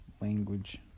Language